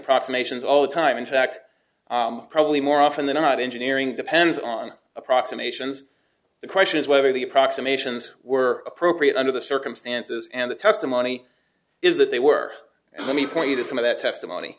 approximations all the time in fact probably more often than not engineering depends on approximations the question is whether the approximations were appropriate under the circumstances and the testimony is that they were and let me point you to some of that testimony